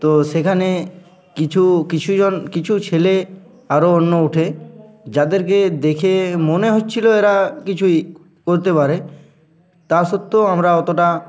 তো সেখানে কিছু কিছুজন কিছু ছেলে আরও অন্য উঠে যাদেরকে দেখে মনে হচ্ছিলো এরা কিছুই করতে পারে তা সত্ত্বেও আমরা অতোটা